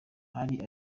hari